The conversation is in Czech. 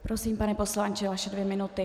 Prosím, pane poslanče, vaše dvě minuty.